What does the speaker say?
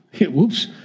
Whoops